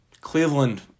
Cleveland